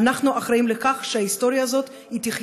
אנחנו אחראים לכך שההיסטוריה הזאת תהיה